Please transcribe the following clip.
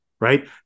right